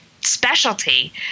specialty